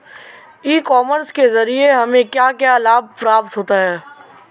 ई commerce के ज़रिए हमें क्या क्या लाभ प्राप्त होता है?